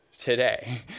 today